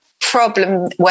problem